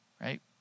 right